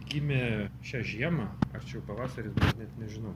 gimė šią žiemą ar čia jau pavasarį net nežinau